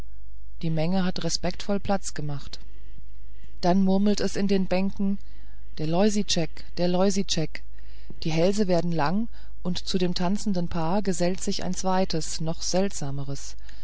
die menge hat respektvoll platz gemacht dann murmelt es von den bänken der loisitschek der loisitschek die hälse werden lang und zu dem tanzenden paar gesellt sich ein zweites noch seltsameres